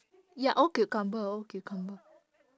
ya old cucumber old cucumber